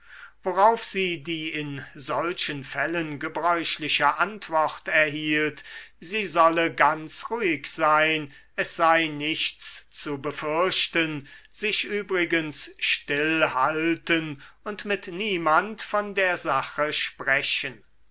worauf sie die in solchen fällen gebräuchliche antwort erhielt sie solle ganz ruhig sein es sei nichts zu befürchten sich übrigens still halten und mit niemand von der sache sprechen